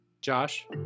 Josh